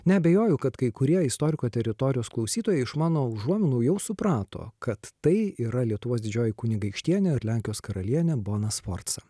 neabejoju kad kai kurie istoriko teritorijos klausytojai iš mano užuominų jau suprato kad tai yra lietuvos didžioji kunigaikštienė ir lenkijos karalienė bona sforca